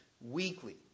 weekly